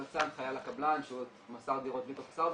יצאה הנחיה לקבלן שהוא מסר דירות בלי טופס 4,